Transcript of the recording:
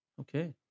Okay